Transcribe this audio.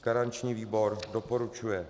Garanční výbor doporučuje.